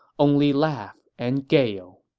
only laugh and gale